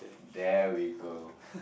there we go